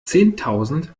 zehntausend